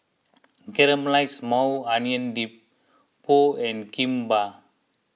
Caramelized Maui Onion Dip Pho and Kimbap